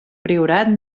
priorat